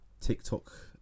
tiktok